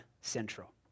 central